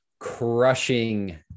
Crushing